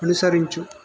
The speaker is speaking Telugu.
అనుసరించు